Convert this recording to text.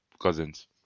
cousins